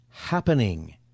happening